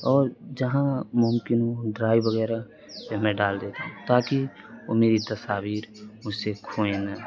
اور جہاں ممکن ہو ڈرائیو وغیرہ پہ میں ڈال دیتا ہوں تاکہ وہ میری تصاویر مجھ سے کھوئیں نہ